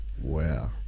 Wow